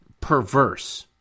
perverse